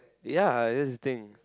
ya that's the thing